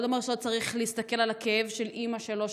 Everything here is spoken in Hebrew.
זה לא אומר שלא צריך להסתכל על הכאב של אימא שלו,